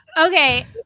Okay